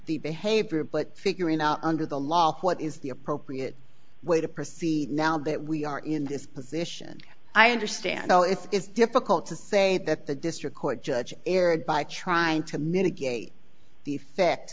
the behavior but figuring out under the law what is the appropriate way to proceed now that we are in this position i understand how it is difficult to say that the district court judge erred by trying to mitigate the effect